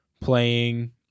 playing